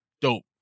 dope